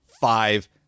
five